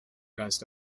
geist